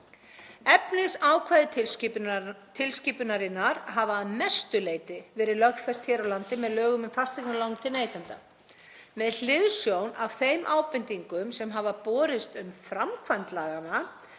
Efnisákvæði tilskipunarinnar hafa að mestu leyti verið lögfest hér á landi með lögum um fasteignalán til neytenda. Með hliðsjón af þeim ábendingum sem hafa borist um framkvæmd laganna